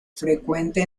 frecuente